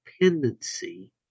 dependency